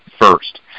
first